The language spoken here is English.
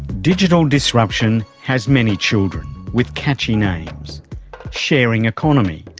digital disruption has many children, with catchy names sharing economy,